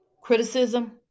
criticism